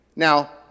Now